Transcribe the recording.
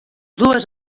dues